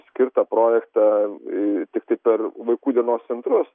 skirtą projektą tiktai per vaikų dienos centrus